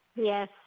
Yes